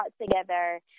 together